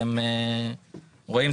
אתם רואים?